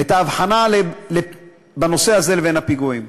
ואת ההבחנה בין הנושא הזה לבין הפיגועים.